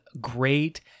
great